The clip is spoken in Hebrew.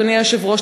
אדוני היושב-ראש,